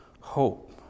hope